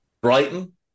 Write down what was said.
Brighton